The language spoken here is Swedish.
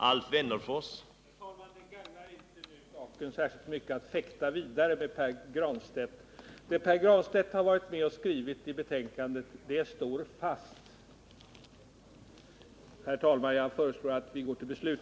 Herr talman! Det gagnar nu inte saken särskilt mycket att fäkta vidare med Pär Granstedt. Det som Pär Granstedt har varit med om att skriva i betänkandet står fast. Herr talman! Jag föreslår att vi nu går till beslut.